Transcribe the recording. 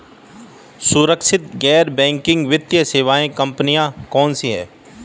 सुरक्षित गैर बैंकिंग वित्त सेवा कंपनियां कौनसी हैं?